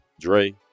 Dre